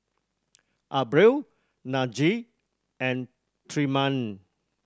Abril Najee and Tremaine